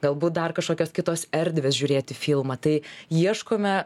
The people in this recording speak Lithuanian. galbūt dar kašokios kitos erdvės žiūrėti filmą tai ieškome